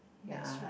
ya